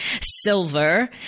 silver